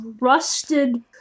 rusted